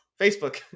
Facebook